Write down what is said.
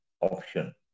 option